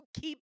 keep